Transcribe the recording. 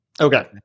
okay